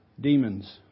Demons